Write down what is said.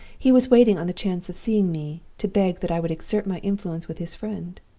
he was waiting on the chance of seeing me, to beg that i would exert my influence with his friend.